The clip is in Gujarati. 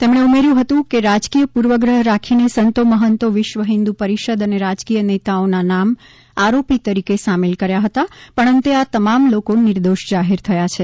તેમણે ઉમેર્યું હતું કે રાજકીય પૂર્વગ્રહ રાખીને સંતો મહંતો વિશ્વ હિન્દુ પરિષદ અને રાજકીય નેતાઓના નામ આરોપી તરીકે સામેલ કર્યા હતા પણ અંતે આ તમામ લોકો નિર્દોષ જાહેર થયા છે